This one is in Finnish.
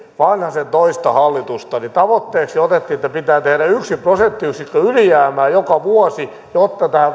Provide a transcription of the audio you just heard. vanhasen toista hallitusta niin tavoitteeksi otettiin että pitää tehdä yksi prosenttiyksikkö ylijäämää joka vuosi jotta tähän